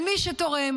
על מי שתורם,